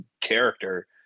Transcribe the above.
character